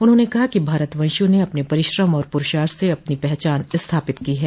उन्होंने कहा कि भारतवंशियों ने अपने परिश्रम और पुरूषार्थ से अपनी पहचान स्थापित की है